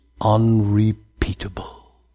unrepeatable